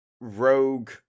rogue